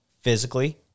physically